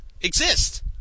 exist